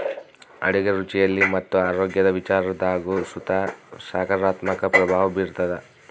ಅಡುಗೆ ರುಚಿಯಲ್ಲಿ ಮತ್ತು ಆರೋಗ್ಯದ ವಿಚಾರದಾಗು ಸುತ ಸಕಾರಾತ್ಮಕ ಪ್ರಭಾವ ಬೀರ್ತಾದ